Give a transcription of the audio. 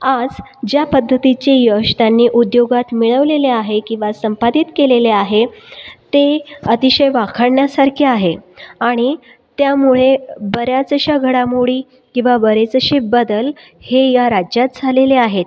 आज ज्या पद्धतीचे यश त्यांनी उद्योगात मिळवलेले आहे किंवा संपादित केलेले आहे ते अतिशय वाखणण्यासारखे आहे आणि त्यामुळे बऱ्याचश्या घडामोडी किंवा बरेचसे बदल हे या राज्यात झालेले आहेत